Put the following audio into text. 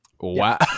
Wow